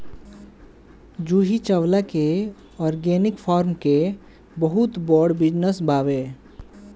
जूही चावला के organic farm के बहुते बड़ बिजनस बावे